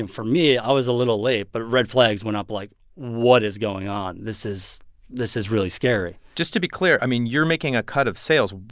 and for me, i was a little late. but red flags went up like, what is going on? this is this is really scary just to be clear, i mean, you're making a cut of sales.